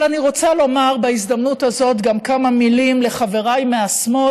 אבל אני רוצה לומר בהזדמנות הזאת גם כמה מילים לחבריי מהשמאל,